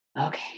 Okay